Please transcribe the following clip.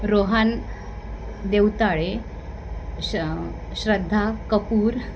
रोहन देवताळे श श्रद्धा कपूर